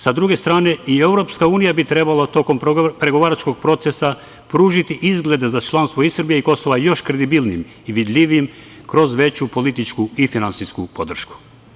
Sa druge stane, i EU bi trebalo tokom pregovaračkog procesa pružiti izglede za članstvo i Srbije i Kosova još kredibilnijim i vidljivijim kroz veću političku i finansijsku podršku.